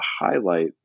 highlight